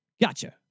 Gotcha